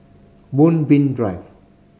Moonbeam Drive